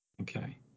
Okay